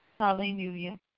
Hallelujah